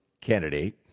candidate